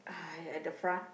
uh at the front